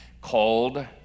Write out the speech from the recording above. called